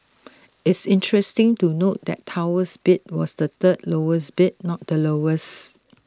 it's interesting to note that Tower's bid was the third lowest bid not the lowest